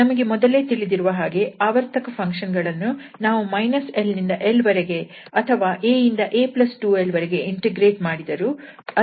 ನಮಗೆ ಮೊದಲೇ ತಿಳಿದಿರುವ ಹಾಗೆ ಆವರ್ತಕ ಫಂಕ್ಷನ್ ಗಳನ್ನು ನಾವು −𝑙 ನಿಂದ 𝑙 ವರೆಗೆ ಅಥವಾ 𝑎 ನಿಂದ 𝑎 2𝑙 ವರೆಗೆ ಇಂಟಿಗ್ರೇಟ್ ಮಾಡಿದರೂ ಅದರ ಮೌಲ್ಯವು ಒಂದೇ ಆಗಿರುತ್ತದೆ